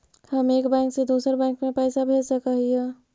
हम एक बैंक से दुसर बैंक में पैसा भेज सक हिय?